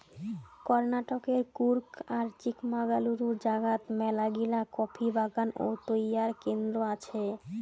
কর্ণাটকের কূর্গ আর চিকমাগালুরু জাগাত মেলাগিলা কফি বাগান ও তৈয়ার কেন্দ্র আছে